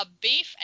beef